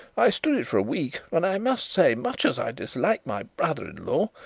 i stood it for a week and i must say, much as i dislike my brother-in-law,